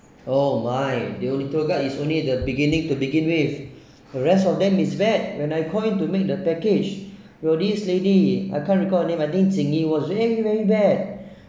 oh my the only tour guide is only the beginning to begin with the rest of them is bad when I called in to make the package will this lady I can't recall her name I think Ching Yi was very very bad